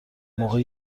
موقع